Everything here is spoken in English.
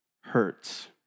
hurts